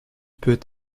peut